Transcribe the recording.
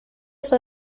son